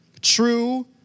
True